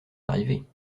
arrivée